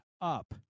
up